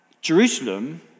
Jerusalem